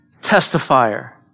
testifier